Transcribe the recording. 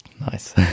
Nice